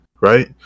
right